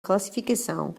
classificação